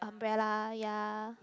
umbrella ya